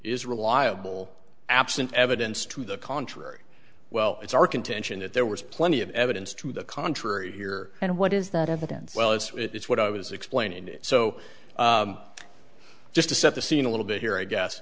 is reliable absent evidence to the contrary well it's our contention that there was plenty of evidence to the contrary here and what is that evidence well it's what i was explaining so just to set the scene a little bit here i guess